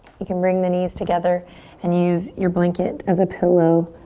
you can bring the knees together and use your blanket as a pillow